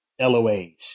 LOAs